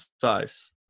size